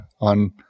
on